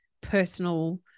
personal